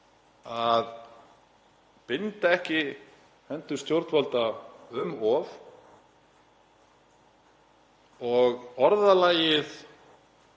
að binda ekki hendur stjórnvalda um of og að orðalagið